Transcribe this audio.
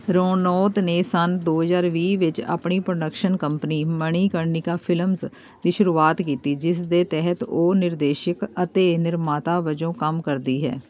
ਰਣੌਤ ਨੇ ਸੰਨ ਦੋ ਹਜ਼ਾਰ ਵੀਹ ਵਿੱਚ ਆਪਣੀ ਪ੍ਰੋਡਕਸ਼ਨ ਕੰਪਨੀ ਮਣੀਕਰਣਿਕਾ ਫ਼ਿਲਮਜ਼ ਦੀ ਸ਼ੁਰੂਆਤ ਕੀਤੀ ਜਿਸ ਦੇ ਤਹਿਤ ਉਹ ਨਿਰਦੇਸ਼ਕ ਅਤੇ ਨਿਰਮਾਤਾ ਵਜੋਂ ਕੰਮ ਕਰਦੀ ਹੈ